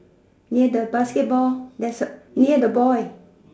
near the basketball near the boy